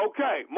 Okay